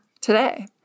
today